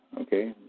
okay